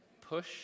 push